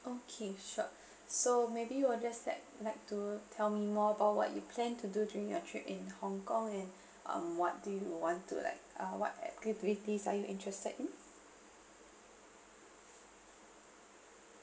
okay sure so maybe you will just let like to tell me more about what you plan to do during your trip in hongkong and um what do you want to like what uh activities are you interested in